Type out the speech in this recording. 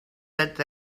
that